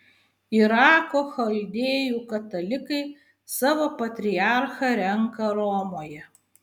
irako chaldėjų katalikai savo patriarchą renka romoje